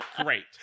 great